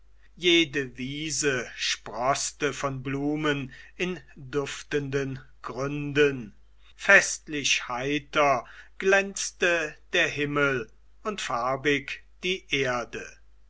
jede wiese sproßte von blumen in duftenden gründen festlich heiter glänzte der himmel und farbig die erde